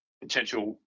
potential